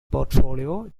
portfolio